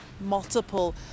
multiple